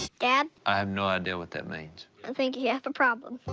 dad? i have no idea what that means. i think you have a problem.